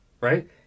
right